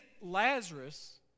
Lazarus